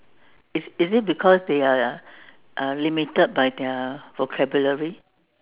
is is it because they are are limited by their vocabulary